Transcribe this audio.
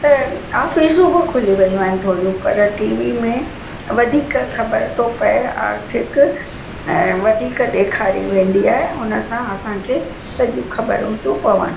त आफ़िसूं बि खोलियूं वेयूं आहिनि थोरियूं पर टी वी में वधीक ख़बर थो पिए आर्थिक ऐं वधीक ॾेखारी वेंदी आहे हुन सां असांखे सॼियूं ख़बरियूं थी पवनि